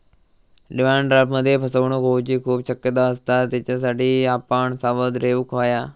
demand ड्राफ्टमध्ये फसवणूक होऊची खूप शक्यता असता, त्येच्यासाठी आपण सावध रेव्हूक हव्या